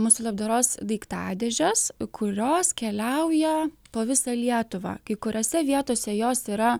mūsų labdaros daiktadėžes kurios keliauja po visą lietuvą kai kuriose vietose jos yra